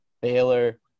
Baylor